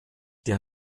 der